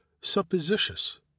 suppositious